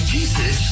Jesus